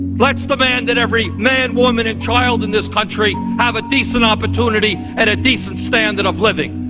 let's demand that every man, woman and child in this country have a decent opportunity and a decent standard of living.